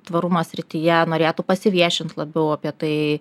tvarumo srityje norėtų pasiviešint labiau apie tai